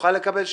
יוכל לקבל שליש.